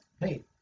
Hey